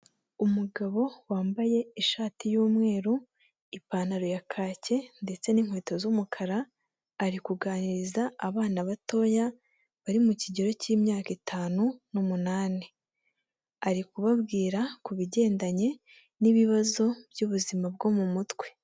Umugabo wambaye ishati y'umweru, ipantaro ya kake ndetse n'inkweto z'umukara, ari kuganiriza abana batoya bari mu kigero cy'imyaka itanu n'umunani, ari kubabwira ku bigendanye n'ibibazo by'ubuzima bwo mu mutwe.